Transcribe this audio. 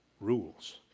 rules